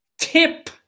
tip